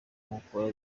nkokora